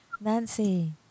Nancy